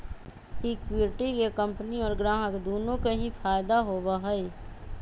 equity के company और ग्राहक दुन्नो के ही फायद दा होबा हई